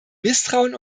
misstrauen